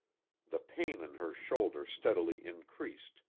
the pain in her shoulder steadily increased,